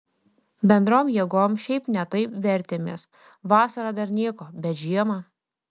bendrom jėgom šiaip ne taip vertėmės vasarą dar nieko bet žiemą